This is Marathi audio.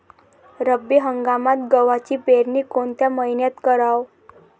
रब्बी हंगामात गव्हाची पेरनी कोनत्या मईन्यात कराव?